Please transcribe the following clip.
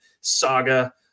saga